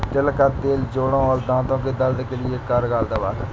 तिल का तेल जोड़ों और दांतो के दर्द के लिए एक कारगर दवा है